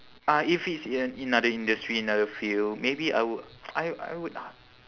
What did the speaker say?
uh if it's in another industry another field maybe I would I I would h~